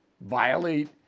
violate